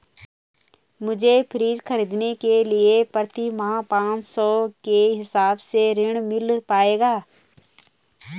मुझे फ्रीज खरीदने के लिए प्रति माह पाँच सौ के हिसाब से ऋण मिल पाएगा?